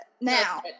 now